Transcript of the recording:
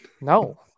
No